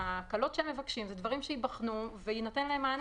ההקלות שהם מבקשים אלה דברים שייבחנו ויינתן להם מענה